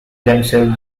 themselves